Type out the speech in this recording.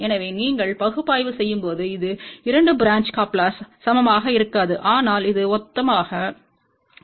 எனவே நீங்கள் பகுப்பாய்வு செய்யும்போது இது 2 பிரான்ச் கப்லெர்ஸ்ற்கு சமமாக இருக்காது ஆனால் அது ஒத்ததாக இருக்கும்